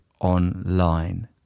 online